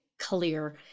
clear